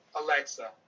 Alexa